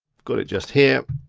i've got it just here,